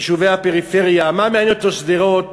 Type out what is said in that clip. יישובי הפריפריה, מה מעניין אותו שדרות,